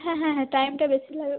হ্যাঁ হ্যাঁ হ্যাঁ টাইমটা বেশি লাগে